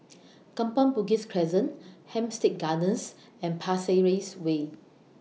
Kampong Bugis Crescent Hampstead Gardens and Pasir Ris Way